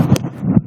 אדוני היושב-ראש,